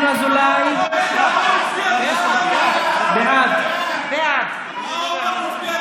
אזולאי, בעד מה אורבך הצביע?